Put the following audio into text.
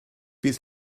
bydd